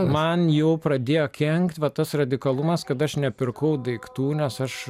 man jau pradėjo kenkti va tas radikalumas kad aš nepirkau daiktų nes aš